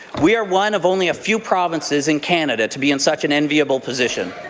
we are one of only a few provinces in canada to be in such an enviable position.